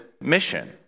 mission